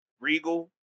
regal